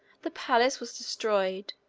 the palace was destroyed,